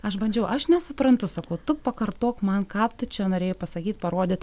aš bandžiau aš nesuprantu sakau tu pakartok man ką tu čia norėjai pasakyt parodyt